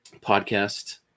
podcast